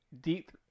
deep